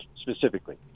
specifically